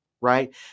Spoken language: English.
right